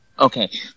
Okay